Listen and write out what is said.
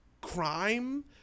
crime